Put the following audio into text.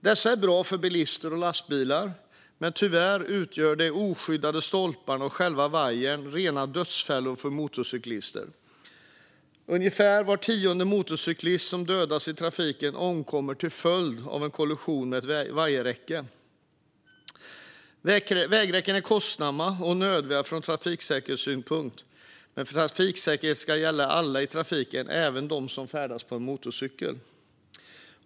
Dessa är bra för bilar och lastbilar, men tyvärr utgör de oskyddade stolparna och själva vajern rena dödsfällor för motorcyklister. Ungefär var tionde motorcyklist som dödas i trafiken omkommer till följd av en kollision med ett vajerräcke. Vägräcken är kostsamma och nödvändiga från trafiksäkerhetssynpunkt, men trafiksäkerhet ska gälla alla i trafiken, även dem som färdas på en motorcykel.